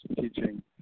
teaching